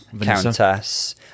Countess